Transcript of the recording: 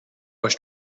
was